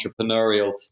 entrepreneurial